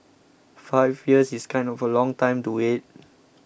five years is kind of a long time to wait